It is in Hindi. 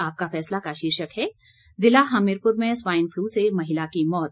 आपका फैसला का शीर्षक है जिला हमीरपुर में स्वाइन फ्लू से महिला की मौत